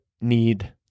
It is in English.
need